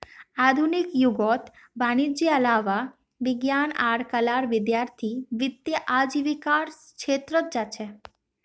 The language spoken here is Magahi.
आधुनिक युगत वाणिजयेर अलावा विज्ञान आर कलार विद्यार्थीय वित्तीय आजीविकार छेत्रत जा छेक